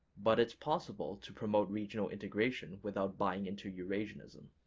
but it's possible to promote regional integration without buying into eurasianism.